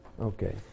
Okay